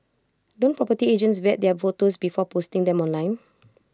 don't property agents vet their photos before posting them online